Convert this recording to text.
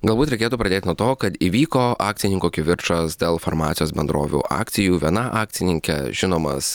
galbūt reikėtų pradėt nuo to kad įvyko akcininkų kivirčas dėl farmacijos bendrovių akcijų viena akcininkė žinomas